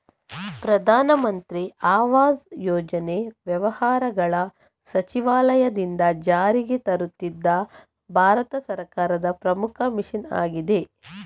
ಪ್ರಧಾನ ಮಂತ್ರಿ ಆವಾಸ್ ಯೋಜನೆ ವ್ಯವಹಾರಗಳ ಸಚಿವಾಲಯದಿಂದ ಜಾರಿಗೆ ತರುತ್ತಿರುವ ಭಾರತ ಸರ್ಕಾರದ ಪ್ರಮುಖ ಮಿಷನ್ ಆಗಿದೆ